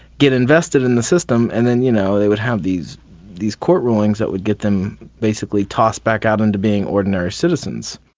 get invested in the system, and then you know they would have these these court rulings that would get them basically tossed back out into being ordinary citizens.